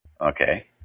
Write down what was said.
okay